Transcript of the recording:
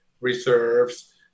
reserves